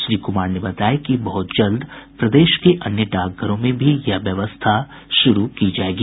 श्री कुमार ने बताया कि बहुत जल्द प्रदेश के अन्य डाकघरों में भी यह व्यवस्था शुरू की जायेगी